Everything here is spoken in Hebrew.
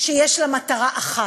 שיש לה מטרה אחת,